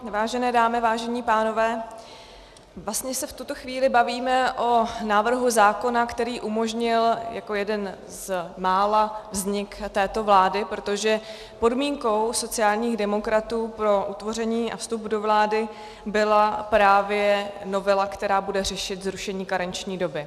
Vážené dámy, vážení pánové, vlastně se v tuto chvíli bavíme o návrhu zákona, který umožnil jako jeden z mála vznik této vlády, protože podmínkou sociálních demokratů pro utvoření a vstup do vlády byla právě novela, která bude řešit zrušení karenční doby.